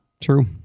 True